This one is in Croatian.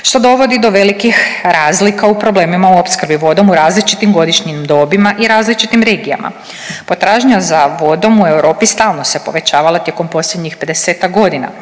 što dovodi do velikih razlika u problemima u opskrbi vodom u različitim godišnjim dobima i različitim regijama. Potražnja za vodom u Europi stalno se povećavala tijekom posljednjih 50-tak godina